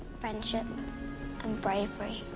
friendship and bravery.